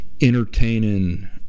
entertaining